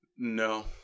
No